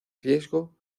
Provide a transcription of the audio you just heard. riesgo